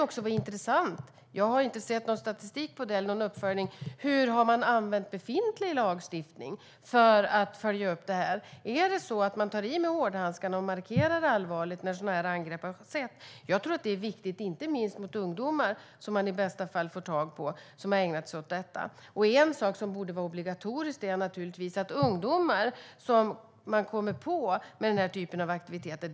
Jag har inte sett någon statistik eller uppföljning när det gäller hur man har använt befintlig lagstiftning här. Tar man i med hårdhandskarna och markerar allvarligt när sådana här angrepp har skett? Jag tror att det är viktigt, inte minst om man får tag i ungdomar som har ägnat sig åt detta. Det borde givetvis vara obligatoriska föräldrasamtal och resoluta tag om man kommer på ungdomar med den här typen av aktiviteter.